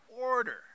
order